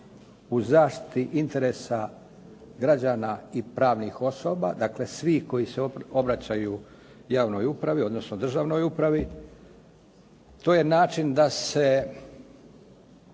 u zaštiti interesa građana i pravnih osoba, dakle svih koji se obraćaju javnoj upravi, odnosno državnoj upravi. To je način da se